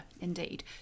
indeed